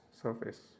surface